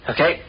Okay